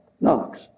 knocks